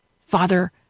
Father